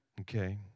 okay